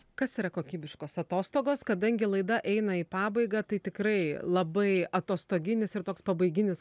kas yra kokybiškos atostogos kadangi laida eina į pabaigą tai tikrai labai atostoginis ir toks pabaiginis